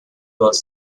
was